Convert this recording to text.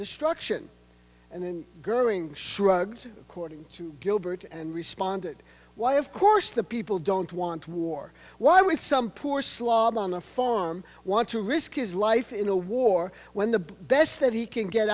destruction and then girling shrugged according to gilbert and responded why of course the people don't want war why would some poor slob on a farm want to risk his life in a war when the best that he can get